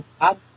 up